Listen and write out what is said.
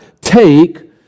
take